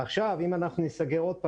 ועכשיו אם אנחנו ניסגר עוד פעם,